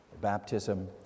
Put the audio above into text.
baptism